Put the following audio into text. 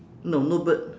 no no bird